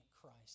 Christ